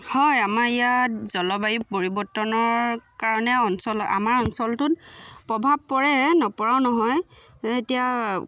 হয় আমাৰ ইয়াত জলবায়ু পৰিবৰ্তনৰ কাৰণে অঞ্চল আমাৰ অঞ্চলটোত প্ৰভাৱ পৰে নপৰাও নহয় এতিয়া